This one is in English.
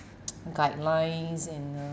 guidelines and uh